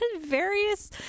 various